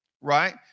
Right